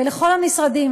ולכל המשרדים,